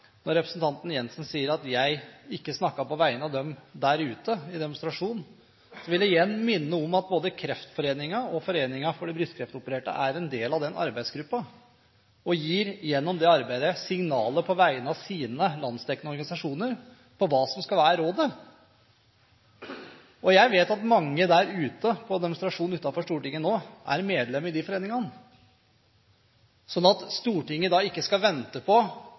Når representanten Jensen sier at jeg ikke snakket på vegne av dem der ute i demonstrasjonen, vil jeg igjen minne om at både Kreftforeningen og Foreningen for brystkreftopererte er en del av arbeidsgruppen og gjennom arbeidet der gir signaler på vegne av sine landsdekkende organisasjoner om hva som skal være rådet. Jeg vet at mange der ute – på demonstrasjonen utenfor Stortinget nå – er medlemmer i de foreningene. Så at Stortinget ikke skal vente på